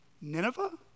Nineveh